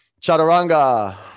chaturanga